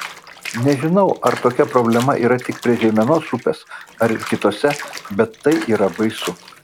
nežinau ar tokia problema yra tik prie žeimenos upės ar ir kitose bet tai yra baisu